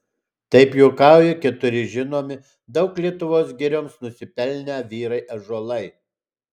taip juokauja keturi žinomi daug lietuvos girioms nusipelnę vyrai ąžuolai